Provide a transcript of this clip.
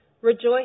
Rejoice